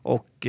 Och